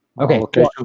Okay